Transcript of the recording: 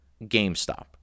GameStop